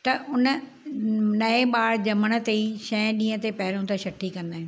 त उन नएं ॿारु ॼमण ते ई छहें ॾींहं ते पहिरियों त छठी कंदा आहियूं